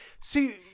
see